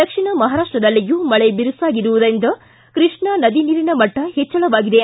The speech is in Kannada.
ದಕ್ಷಿಣ ಮಹಾರಾಷ್ಷದಲ್ಲಿಯೂ ಮಳೆ ಬಿರುಸಾಗಿರುವುದರಿಂದ ಕೈಷ್ಣಾ ನದಿ ನೀರಿನ ಮಟ್ಟ ಹೆಚ್ಚಳವಾಗಿದೆ